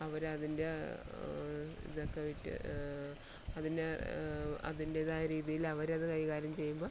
അവരതിൻ്റെ ഇതൊക്കെ വിറ്റ് അതിനെ അതിൻറ്റേതായ രീതിയിൽ അവരത് കൈകാര്യം ചെയ്യുമ്പം